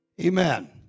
Amen